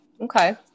Okay